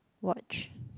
watch